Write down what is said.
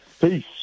Peace